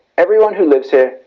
everyone who lives here,